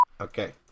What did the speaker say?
Okay